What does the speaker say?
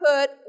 put